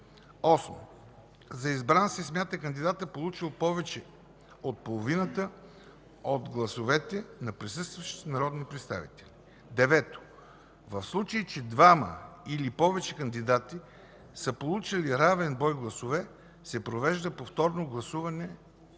8. За избран се смята кандидатът, получил повече от половината от гласовете на присъстващите народни представители. 9. В случай, че двама или повече кандидати са получили равен брой гласове, се провежда повторно гласуване